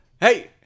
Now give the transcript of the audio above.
Hey